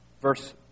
Verse